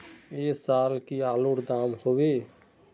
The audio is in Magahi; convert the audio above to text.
ऐ साल की आलूर र दाम होबे?